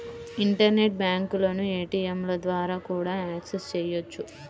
internet బ్యాంకులను ఏటీయంల ద్వారా కూడా యాక్సెస్ చెయ్యొచ్చు